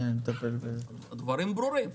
הדברים ברורים.